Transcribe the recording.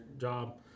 job